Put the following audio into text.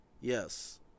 Yes